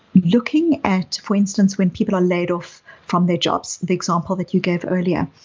looking at, for instance, when people are laid off from their jobs, the example that you gave earlier.